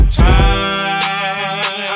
time